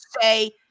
say